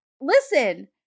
Listen